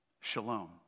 shalom